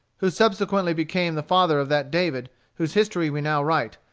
who subsequently became the father of that david whose history we now write,